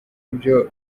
ibyo